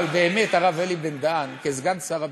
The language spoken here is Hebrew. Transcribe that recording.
אבל באמת, הרב אלי בן-דהן, כסגן שר הביטחון,